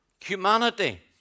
humanity